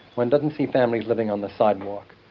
one doesn't see families living on the sidewalk.